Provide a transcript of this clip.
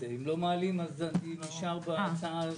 מתנצל על כך שבאתי באיחור ואני גם צריך לצאת מיד לוועדת הכנסת.